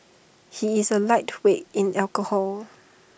he is A lightweight in alcohol